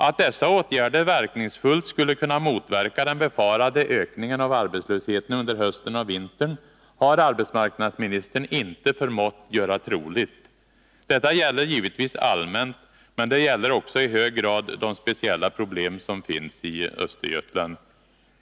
Att dessa åtgärder effektivt skulle kunna motverka den befarade ökningen av arbetslösheten under hösten och vintern har arbetsmarknadsministern inte förmått göra troligt. Detta gäller givetvis allmänt, men det gäller också i hög grad de speciella problem som finns i Östergötland.